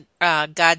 God